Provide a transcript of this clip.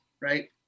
right